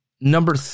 Number